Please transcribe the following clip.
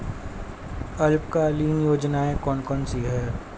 अल्पकालीन योजनाएं कौन कौन सी हैं?